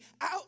out